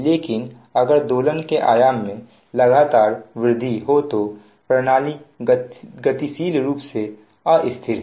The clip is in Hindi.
लेकिन अगर दोलनों के आयाम में लगातार वृद्धि हो तो प्रणाली गतिशील रूप से अस्थिर है